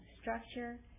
structure